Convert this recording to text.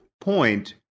point